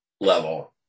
level